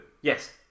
Yes